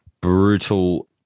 brutal